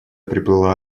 приплыла